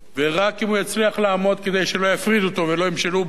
ורק אם הוא יצליח לעמוד כדי שלא יפרידו אותו ולא ימשלו בו,